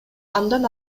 андан